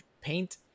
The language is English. paint